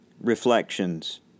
Reflections